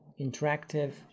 interactive